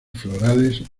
florales